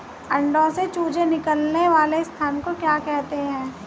अंडों से चूजे निकलने वाले स्थान को क्या कहते हैं?